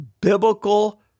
biblical